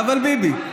אבל ביבי.